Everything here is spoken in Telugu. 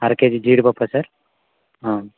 అరకేజీ జీడిపప్పా సార్